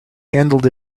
handled